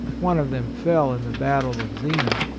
one of them fell in the battle of zena.